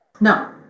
No